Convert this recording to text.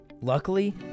Luckily